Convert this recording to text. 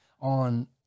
on